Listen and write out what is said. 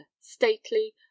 stately